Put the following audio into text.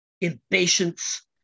impatience